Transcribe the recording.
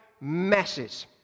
messes